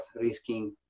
risking